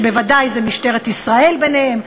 שבוודאי משטרת ישראל ביניהם,